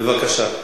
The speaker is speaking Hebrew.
בבקשה.